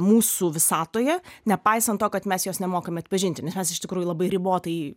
mūsų visatoje nepaisant to kad mes jos nemokam atpažinti nes mes iš tikrųjų labai ribotai